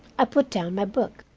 i put down my book.